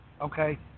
okay